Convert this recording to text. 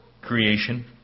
creation